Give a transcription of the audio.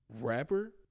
rapper